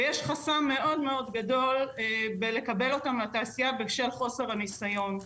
ויש חסם מאוד מאוד גדול בלקבל אותם לתעשייה בשל חוסר הניסיון.